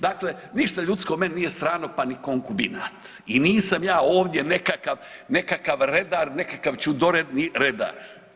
Dakle, ništa ljudsko meni nije strano, pa ni konkubinat i nisam ja ovdje nekakav, nekakav redar, nekakav ćudoredni redar.